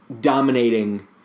dominating